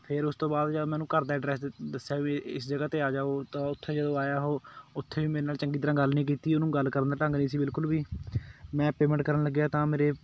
ਫਿਰ ਉਸ ਤੋਂ ਬਾਅਦ ਜਦੋਂ ਮੈਂ ਉਹਨੂੰ ਘਰ ਦਾ ਅਡਰੈਸ ਦ ਦੱਸਿਆ ਵੀ ਇਸ ਜਗ੍ਹਾ 'ਤੇ ਆ ਜਾਓ ਤਾਂ ਉੱਥੇ ਜਦੋਂ ਆਇਆ ਉਹ ਉੱਥੇ ਵੀ ਮੇਰੇ ਨਾਲ ਚੰਗੀ ਤਰ੍ਹਾਂ ਗੱਲ ਨਹੀਂ ਕੀਤੀ ਉਹਨੂੰ ਗੱਲ ਕਰਨ ਦਾ ਢੰਗ ਨਹੀਂ ਸੀ ਬਿਲਕੁਲ ਵੀ ਮੈਂ ਪੇਮੈਂਟ ਕਰਨ ਲੱਗਿਆ ਤਾਂ ਮੇਰੇ